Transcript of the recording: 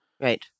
Right